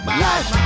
life